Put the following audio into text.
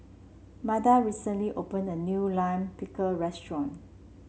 Matia recently opened a new Lime Pickle restaurant